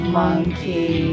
monkey